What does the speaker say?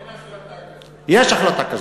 אין החלטה כזאת.